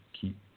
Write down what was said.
keep